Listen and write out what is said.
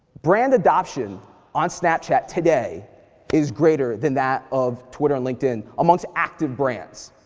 brand adoption on snapchat today is great ah than that of twitter and linkedin, amongst active brands,